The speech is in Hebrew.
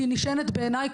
כי היא נשענת בעיניי,